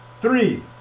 Three